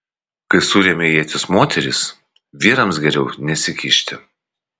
kai suremia ietis moterys vyrams geriau nesikišti